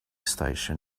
station